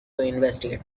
investigate